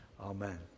amen